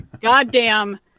goddamn